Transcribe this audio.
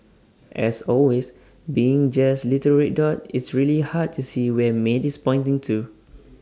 as always being just the little red dot it's really hard to see where maid is pointing to